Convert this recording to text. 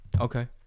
okay